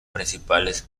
principales